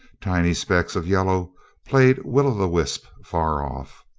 tiny specks of yellow played will-o'-the-wisp far off.